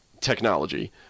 technology